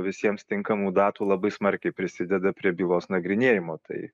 visiems tinkamų datų labai smarkiai prisideda prie bylos nagrinėjimo tai